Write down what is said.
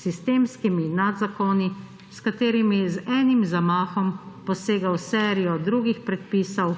sistemskimi nadzakoni, s katerimi z enim zamahom posega v serijo drugih predpisov